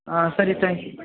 ಹಾಂ ಸರಿ thank you